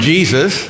Jesus